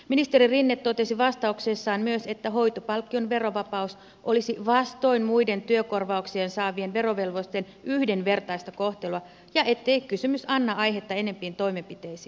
ministeri rinne totesi vastauksessaan myös että hoitopalkkion verovapaus olisi vastoin muiden työkorvauksia saavien verovelvollisten yhdenvertaista kohtelua ja ettei kysymys anna aihetta enempiin toimenpiteisiin